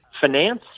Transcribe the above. finance